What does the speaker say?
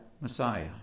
Messiah